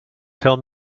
tell